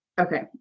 Okay